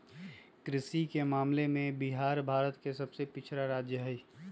कृषि के मामले में बिहार भारत के सबसे पिछड़ा राज्य हई